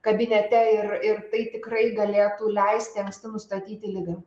kabinete ir ir tai tikrai galėtų leisti anksti nustatyti ligą